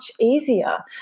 easier